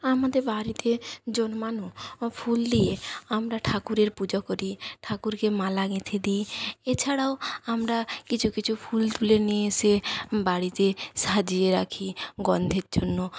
আমাদের বাড়িতে জন্মানো ফুল দিয়ে আমরা ঠাকুরের পূজা করি ঠাকুরকে মালা গেঁথে দিই এছাড়াও আমরা কিছু কিছু ফুল তুলে নিয়ে এসে বাড়িতে সাজিয়ে রাখি গন্ধের জন্য